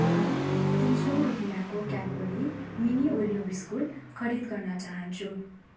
म तिन सौ रुपियाँको क्याडबरी मिनी ओरियो बिस्कुट खरिद गर्न चाहन्छु